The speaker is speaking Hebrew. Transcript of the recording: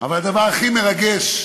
אבל הדבר הכי מרגש,